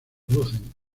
producen